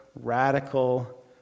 radical